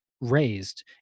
raised